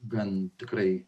gan tikrai